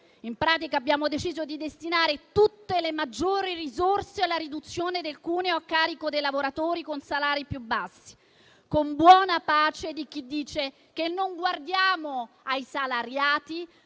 in pratica abbiamo deciso di destinare tutte le maggiori risorse alla riduzione del cuneo a carico dei lavoratori con salari più bassi, con buona pace di chi dice che non guardiamo ai salariati